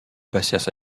passèrent